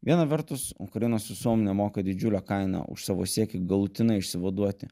viena vertus ukrainos visuomenė moka didžiulę kainą už savo siekį galutinai išsivaduoti